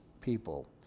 people